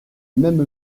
même